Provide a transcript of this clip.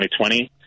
2020